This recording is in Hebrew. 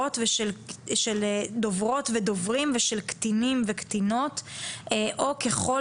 ם מזהים של דוברות ודוברים ושל קטינים וקטינות או ככל